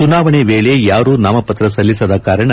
ಚುನಾವಣೆ ವೇಳೆ ಯಾರೂ ನಾಮಪತ್ರ ಸಲ್ಲಿಸದ ಕಾರಣ